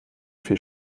viel